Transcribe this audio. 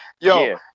Yo